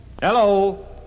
Hello